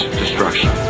destruction